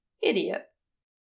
idiots